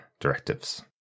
Directives